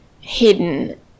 hidden